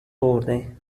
برده